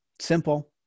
simple